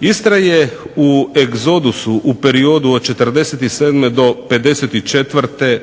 Istra je u egzodusu u periodu od '47. do 54.